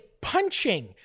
punching